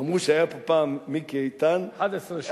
אמרו שהיה פה פעם מיקי איתן, 11 שעות.